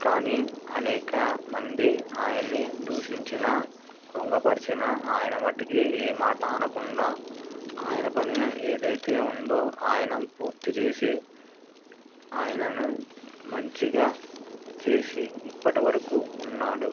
కానీ అనేక మంది ఆయనని దూషించిన కృంగపరచిన ఆయన మట్టుకు ఏ మాట అనకుండా ఆయన పని ఏదైతే ఉందో ఆయన పూర్తి చేసి ఆయనను మంచిగా చేసి ఇప్పటి వరకు ఉన్నాడు